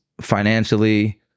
financially